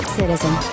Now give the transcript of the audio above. citizen